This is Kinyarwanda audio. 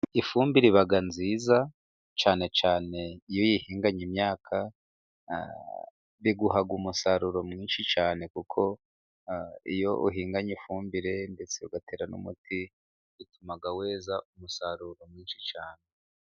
Ifumbire iba nziza, cyane cyane iyo uyihinganye imyaka, biguha umusaruro mwinshi cyane, kuko iyo uhinganye ifumbire, ndetse ugatera n'umuti, bituma weza, umusaruro mwinshi cyane.